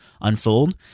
unfold